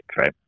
right